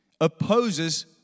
opposes